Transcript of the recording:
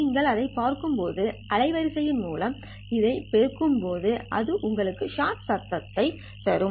நீங்கள் அதைப் பார்க்கும் அலைவரிசை மூலம் இதைப் பெருக்கும்போது அது உங்களுக்கு ஷாட் சத்தம் சக்தி தரும்